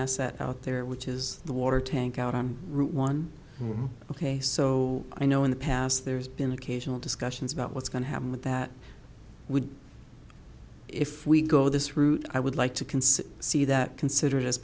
asset out there which is the water tank out on route one ok so i know in the past there's been occasional discussions about what's going to happen with that would be if we go this route i would like to consider see that considered as